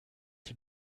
für